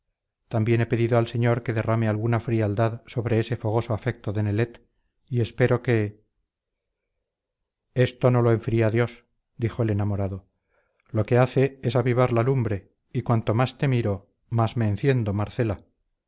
también he pedido al señor que derrame alguna frialdad sobre ese fogoso afecto de nelet y espero que esto no lo enfría dios dijo el enamorado lo que hace es avivar la lumbre y cuanto más te miro más me enciendo marcela